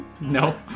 No